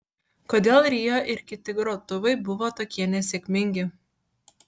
kodėl rio ir kiti grotuvai buvo tokie nesėkmingi